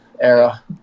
era